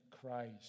Christ